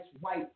white